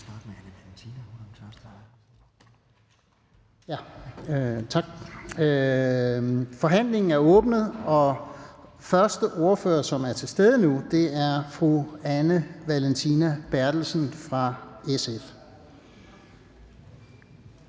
Forhandlingen er åbnet. Den første ordfører, som er til stede nu, er fru Anne Valentina Berthelsen fra SF.